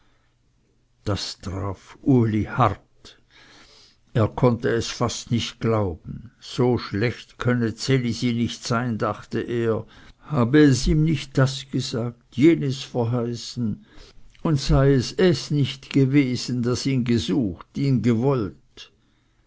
das traf uli hart er konnte es fast nicht glauben so schlecht könnte ds elisi nicht sein dachte er habe es ihm nicht das gesagt jenes verheißen und sei es es nicht gewesen das ihn gesucht ihn gewollt